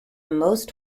most